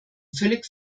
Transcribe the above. völlig